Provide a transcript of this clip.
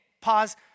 pause